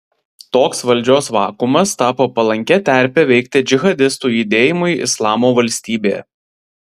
toks valdžios vakuumas tapo palankia terpe veikti džihadistų judėjimui islamo valstybė